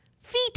feet